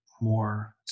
more